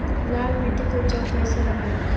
लाल मिट्टी के उपजाऊ कैसे बनाई?